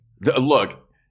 Look